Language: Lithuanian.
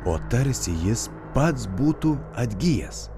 o tarsi jis pats būtų atgijęs